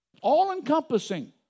all-encompassing